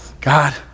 God